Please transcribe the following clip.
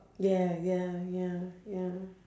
ya ya ya ya